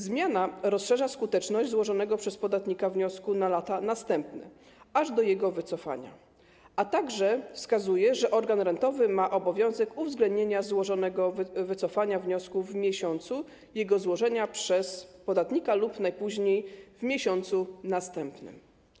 Zmiana rozszerza skuteczność złożonego przez podatnika wniosku na lata następne, aż do jego wycofania, a także wskazuje, że organ rentowy ma obowiązek uwzględnienia złożonego wycofania wniosku w miesiącu jego złożenia przez podatnika lub najpóźniej w miesiącu następnym.